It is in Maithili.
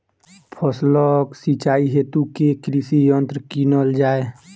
फसलक सिंचाई हेतु केँ कृषि यंत्र कीनल जाए?